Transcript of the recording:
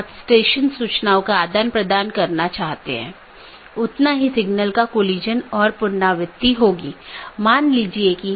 BGP को एक एकल AS के भीतर सभी वक्ताओं की आवश्यकता होती है जिन्होंने IGBP कनेक्शनों को पूरी तरह से ठीक कर लिया है